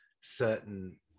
certain